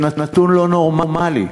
זה נתון לא נורמלי.